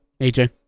AJ